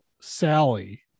Sally